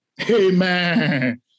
Amen